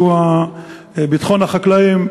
(כהונת נציב קבילות חיילים),